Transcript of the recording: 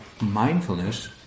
mindfulness